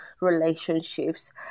relationships